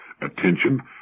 attention